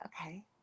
Okay